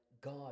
God